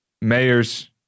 Mayors